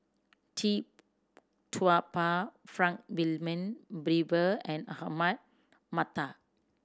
Tee Tua Ba Frank Wilmin Brewer and Ahmad Mattar